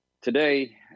today